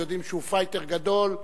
ויודעים שהוא פייטר גדול,